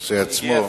בנושא עצמו.